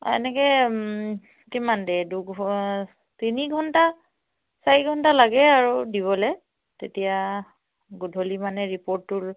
এনেকৈ কিমান দেৰি তিনি ঘণ্টা চাৰি ঘণ্টা লাগে আৰু দিবলৈ তেতিয়া গধূলি মানে ৰিপৰ্টটোৰ